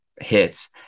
hits